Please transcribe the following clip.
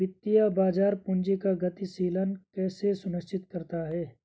वित्तीय बाजार पूंजी का गतिशीलन कैसे सुनिश्चित करता है?